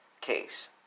case